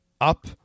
up